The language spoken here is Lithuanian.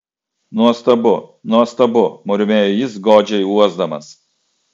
nuostabu nuostabu murmėjo jis godžiai uosdamas